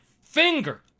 finger